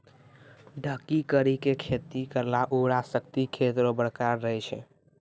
ढकी करी के खेती करला उर्वरा शक्ति खेत रो बरकरार रहे छै